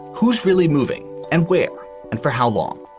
who's really moving and where and for how long?